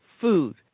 food